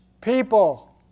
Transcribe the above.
people